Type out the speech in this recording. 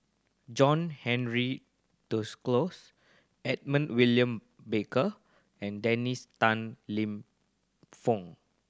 John Henry Duclos Edmund William Barker and Dennis Tan Lip Fong